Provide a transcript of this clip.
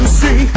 see